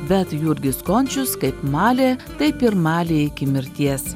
bet jurgis končius kaip malė taip ir malė iki mirties